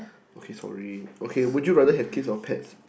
okay sorry okay would you rather have kids or pet